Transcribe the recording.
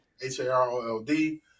H-A-R-O-L-D